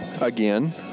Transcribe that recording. again